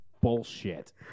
bullshit